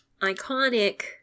iconic